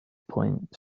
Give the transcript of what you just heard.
point